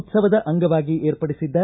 ಉತ್ಸವದ ಅಂಗವಾಗಿ ಏರ್ಪಡಿಸಿದ್ದ